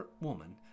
woman